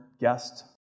guest